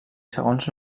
segons